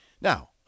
Now